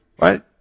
right